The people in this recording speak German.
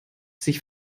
sich